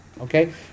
Okay